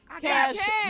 Cash